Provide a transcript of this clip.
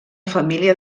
família